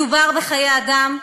מדובר בחיי אדם,